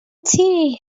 tea